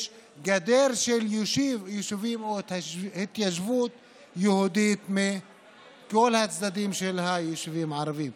יש גדר של יישובים או התיישבות יהודית מכל הצדדים של היישובים הערביים.